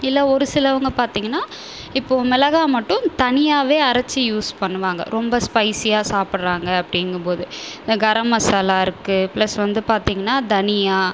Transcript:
இல்லை ஒரு சிலவங்க பார்த்திங்கனா இப்போ மிளகா மட்டும் தனியாகவே அரைச்சி யூஸ் பண்ணுவாங்க ரொம்ப ஸ்பைசியாக சாப்பிட்றாங்க அப்படிங்கும்போது கரம்மசாலா இருக்கு ப்ளஸ் வந்து பார்த்திங்கனா தனியாக